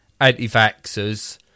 anti-vaxxers